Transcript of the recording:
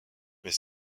mais